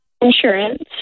insurance